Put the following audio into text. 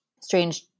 strange